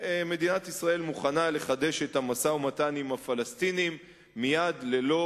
מדינת ישראל מוכנה לחדש את המשא-ומתן עם הפלסטינים מייד ללא